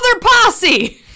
posse